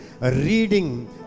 Reading